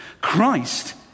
Christ